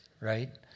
right